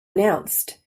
announced